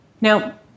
Now